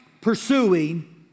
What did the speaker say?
pursuing